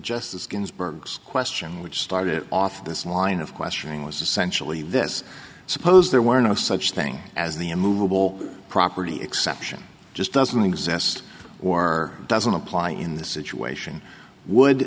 justice ginsburg's question which started off this line of questioning was essentially this suppose there were no such thing as the a movable property exception just doesn't exist or doesn't apply in this situation would